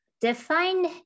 Define